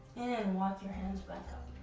and walk your hands back